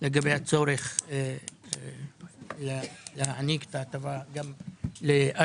לגבי הצורך להעניק את ההטבה גם לאשקלון.